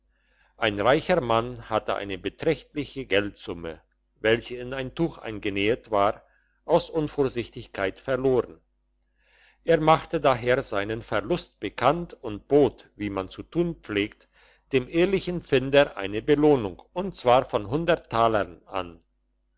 ein reicher mann hatte eine beträchtliche geldsumme welche in ein tuch eingenähet war aus unvorsichtigkeit verloren er machte daher seinen verlust bekannt und bot wie man zu tun pflegt dem ehrlichen finder eine belohnung und zwar von hundert talern an